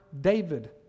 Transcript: David